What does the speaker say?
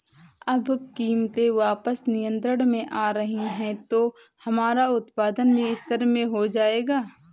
अब कीमतें वापस नियंत्रण में आ रही हैं तो हमारा उत्पादन भी स्थिर हो जाएगा